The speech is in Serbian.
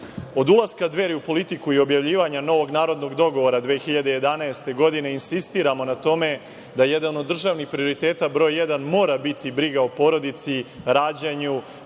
ulaska Dveri u politiku i objavljivanja Novog narodnog dogovora 2011. godine insistiramo na tome da jedan od državnih prioriteta broj jedan mora biti briga o porodici, rađanju,